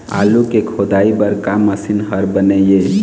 आलू के खोदाई बर का मशीन हर बने ये?